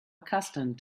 accustomed